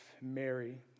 Mary